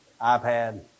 iPad